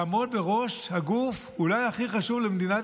לעמוד בראש הגוף אולי הכי חשוב למדינת